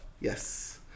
Yes